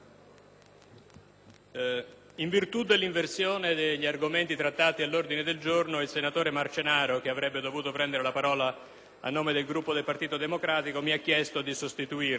a causa dell'inversione degli argomenti previsti all'ordine del giorno, il senatore Marcenaro, che avrebbe dovuto prendere la parola a nome del Gruppo del Partito Democratico, mi ha chiesto di sostituirlo